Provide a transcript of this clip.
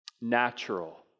natural